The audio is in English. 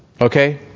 Okay